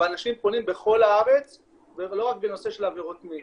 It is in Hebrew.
ואנשים פונים בכל הארץ ולא רק בנושא של עבירות מין.